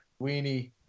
Weenie